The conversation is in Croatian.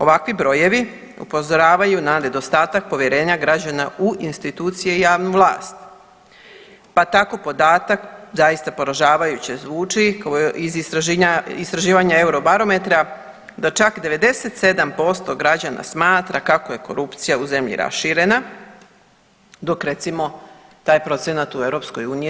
Ovakvi brojevi upozoravaju na nedostatak povjerenja građana u institucije i javnu vlast, pa tako podatak zaista poražavajuće zvuči iz istraživanja Eurobarometra da čak 97% građana smatra kako je korupcija u zemlji raširena dok recimo taj procent u EU je 71%